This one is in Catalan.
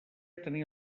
tenia